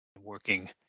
working